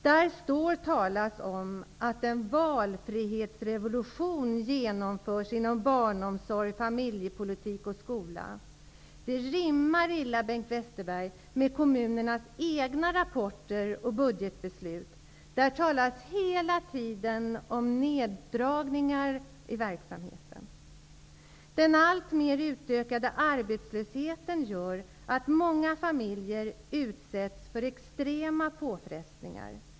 Där står talat om att en valfrihetsrevolution genomförs inom barnomsorg, familjepolitik och skola. Det rimmar illa, Bengt Westerberg, med kommunernas egna rapporter och budgetbeslut. Där talas hela tiden om neddragningar i verksamheten. Den alltmer utökade arbetslösheten gör att många familjer utsätts för extrema påfrestningar.